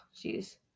jeez